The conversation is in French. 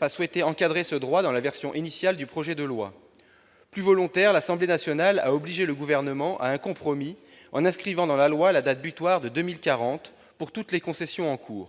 pas souhaité encadrer ce droit dans la version initiale du projet de loi, ce que je regrette. Plus volontaire, l'Assemblée nationale a obligé le Gouvernement à faire un compromis en inscrivant dans la loi la date butoir de 2040 pour toutes les concessions en cours